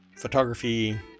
Photography